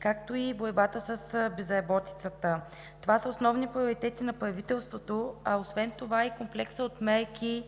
както и борбата с безработицата. Това са основни приоритети на правителството, а освен това и комплексът от мерки,